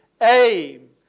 aim